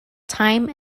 time